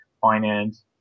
finance